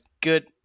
good